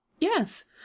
yes